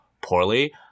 poorly